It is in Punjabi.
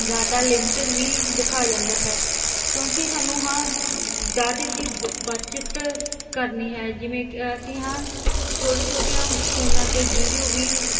ਡਾਟਾ ਲਿਮਿਟਡ ਵੀ ਦਿਖਾ ਜਾਂਦਾ ਹੈ ਕਿਉਂਕਿ ਸਾਨੂੰ ਹਾਂ ਡਾਟੇ ਦੀ ਬ ਬਚਤ ਕਰਨੀ ਹੈ ਜਿਵੇਂ ਕਿ ਅਸੀਂ ਹਾਂ ਛੋਟੇ ਛੋਟੇ ਫੋਨਾਂ 'ਤੇ ਵੀਡੀਓ ਵੀ